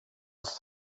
ist